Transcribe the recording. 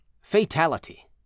Fatality